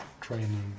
training